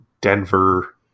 Denver